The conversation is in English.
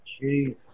Jesus